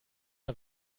der